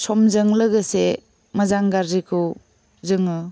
समजों लोगोसे मोजां गाज्रिखौ जोङो